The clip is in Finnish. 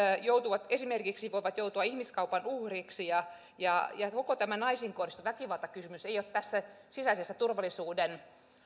esimerkiksi voivat joutua ihmiskaupan uhriksi ja ja koko tämä naisiin kohdistuvan väkivallan kysymys ei ole tässä sisäisen turvallisuuden